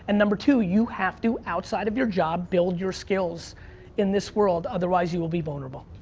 and number two, you have to, outside of your job, build your skills in this world. otherwise, you'll be vulnerable.